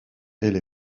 elle